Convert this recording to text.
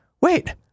wait